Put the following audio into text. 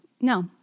No